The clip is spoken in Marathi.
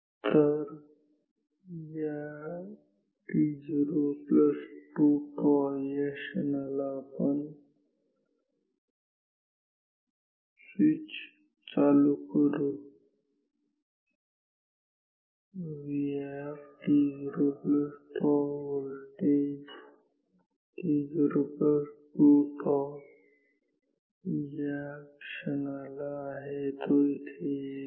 तर या t02τ क्षणाला आपण स्विच चालू करु Vit02τ व्होल्टेज t02τ क्षणाला आहे तो इथे येईल